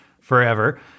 forever